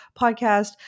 podcast